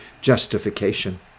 justification